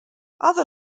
other